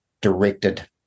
directed